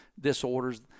disorders